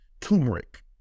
turmeric